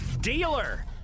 Dealer